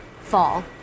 fall